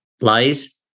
lies